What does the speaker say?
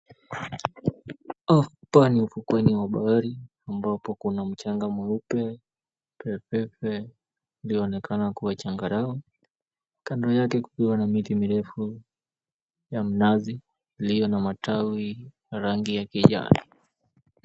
Hapa ni ufukweni wa bahari ambapo kuna mchanga mweupe pepepe ulioonekana kuwa changarawe, kando yake kukiwa na miti mirefu ya minazi iliyo na matawi rangi ya kijani.